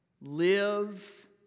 Live